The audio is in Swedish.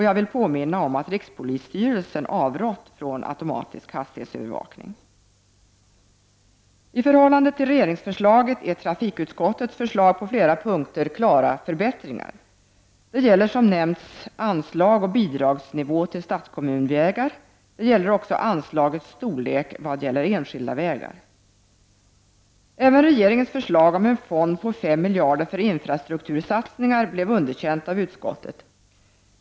Jag vill påminna om att rikspolisstyrelsen avrått från automatisk hastighetsövervakning. I förhållande till regeringsförslaget innebär trafikutskottets förslag på flera punkter klara förbättringar. Det gäller som nämnts anslag och bidragsnivå till statskommunvägar. Det gäller också anslagets storlek i fråga om enskilda vägar. Även regeringens förslag om en fond på 5 miljarder för infrastruktursatsningar blev underkänt av utskottet.